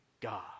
God